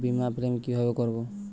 বিমা ক্লেম কিভাবে করব?